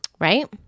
Right